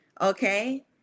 Okay